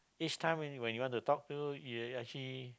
each time when you when you want to talk to you will actually